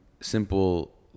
simple